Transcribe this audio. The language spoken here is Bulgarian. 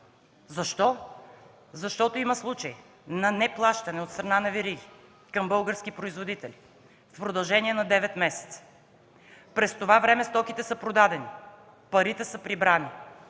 Защо? Защото има случаи на неплащане от страна на вериги към български производители в продължение на девет месеца. През това време стоките са продадени, парите са прибрани,